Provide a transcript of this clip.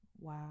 Wow